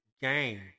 game